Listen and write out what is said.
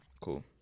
Cool